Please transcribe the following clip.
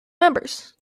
members